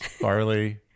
barley